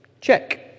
check